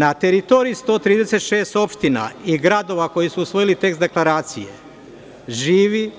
Na teritoriji 136 opština i gradova, koji su usvojili tekst deklaracije, živi